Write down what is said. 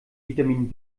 vitamin